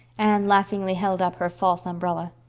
anne laughingly held up her false umbrella.